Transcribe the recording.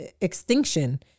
extinction